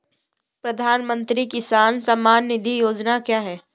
प्रधानमंत्री किसान सम्मान निधि योजना क्या है?